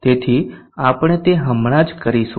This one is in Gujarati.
તેથી આપણે તે હમણાં જ કરીશું